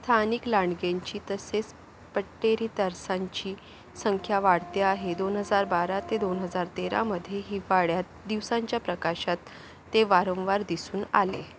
स्थानिक लांडग्यांची तसेच पट्टेरी तरसांची संख्या वाढते आहे दोन हजार बारा ते दोन हजार तेरामध्ये हिवाळ्यात दिवसांच्या प्रकाशात ते वारंवार दिसून आले